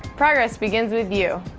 progress begins with you!